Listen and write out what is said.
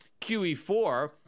QE4